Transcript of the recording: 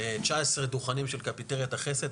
19 דוכנים של קפיטריית החסד,